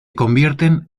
convierten